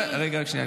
רגע, רק שנייה.